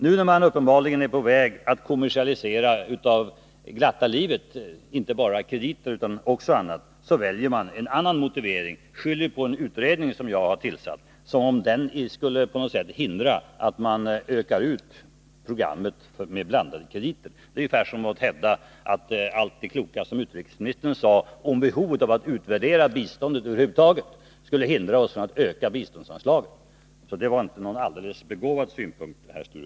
Nu, när man uppenbarligen är på väg att kommersialisera för glatta livet, inte bara krediterna utan även annat, väljer man en annan motivering och skyller på en utredning som jag har tillsatt, som om den på något sätt skulle hindra att man utökar programmet med blandade krediter. Det är ungefär som att hävda att allt det kloka som utrikesministern sade om behovet av att utvärdera biståndet över huvud taget skulle hindra oss att öka biståndsanslaget. Det var inte någon begåvad synpunkt, Sture Palm.